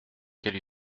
quelle